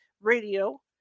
radio